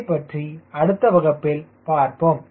இதைப் பற்றி அடுத்த வகுப்பில் பார்ப்போம்